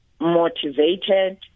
motivated